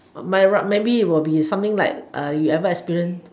maybe will be something like you ever experience